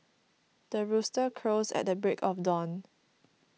the rooster crows at the break of dawn